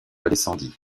redescendit